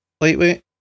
lightweight